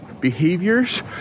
behaviors